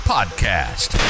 Podcast